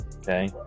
Okay